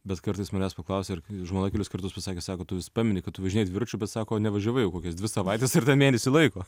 bet kartais manęs paklausia ar žmona kelis kartus pasakė sako tu vis pamini kad važinėji dviračiu bet sako nevažiavai jau kokias dvi savaites ir ten mėnesį laiko